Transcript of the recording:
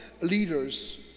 leaders